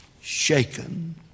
shaken